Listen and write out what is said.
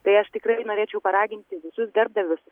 tai aš tikrai norėčiau paraginti visus darbdavius